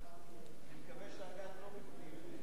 אני מקווה, לא.